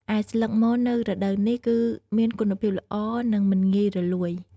ឯស្លឹកមននៅរដូវនេះគឺមានគុណភាពល្អ និងមិនងាយរលួយ។